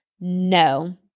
no